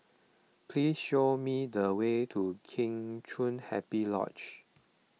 please show me the way to Kheng Chiu Happy Lodge